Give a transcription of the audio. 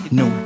no